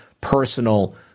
personal